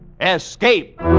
Escape